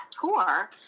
tour